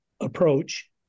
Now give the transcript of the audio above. approach